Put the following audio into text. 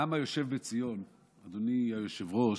העם היושב בציון, אדוני היושב-ראש,